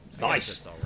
Nice